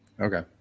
okay